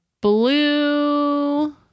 blue